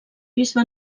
bisbe